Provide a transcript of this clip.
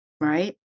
right